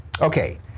Okay